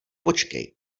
počkej